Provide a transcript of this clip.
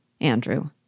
Andrew